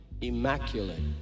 immaculate